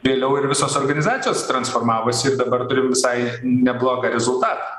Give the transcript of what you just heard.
vėliau ir visos organizacijos transformavosi ir dabar turim visai neblogą rezultatą